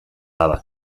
abar